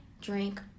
drink